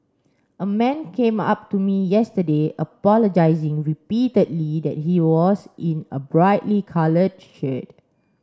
a man came up to me yesterday apologising repeatedly that he was in a brightly coloured shirt